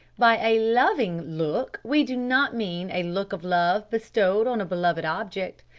by a loving look, we do not mean a look of love bestowed on a beloved object.